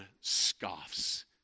scoffs